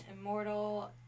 immortal